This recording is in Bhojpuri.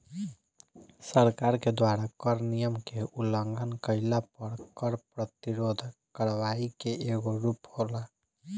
सरकार के द्वारा कर नियम के उलंघन कईला पर कर प्रतिरोध करवाई के एगो रूप होला